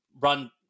run